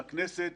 לכנסת,